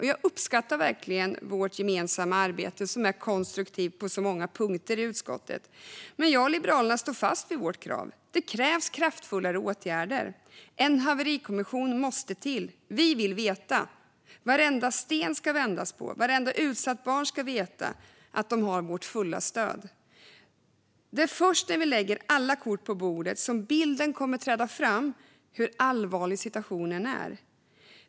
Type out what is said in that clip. Jag uppskattar verkligen vårt gemensamma arbete i utskottet, som är konstruktivt på så många punkter. Men jag och Liberalerna står fast vid vårt krav. Det krävs kraftfullare åtgärder. En haverikommission måste till. Vi vill veta. Varenda sten ska vändas på. Vartenda utsatt barn ska veta att de har vårt fulla stöd. Det är först när vi lägger alla kort på bordet som bilden kommer att träda fram av hur allvarlig situationen är.